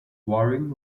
waring